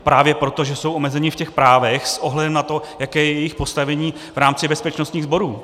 Právě proto, že jsou omezeni v těch právech s ohledem na to, jaké je jejich postavení v rámci bezpečnostních sborů.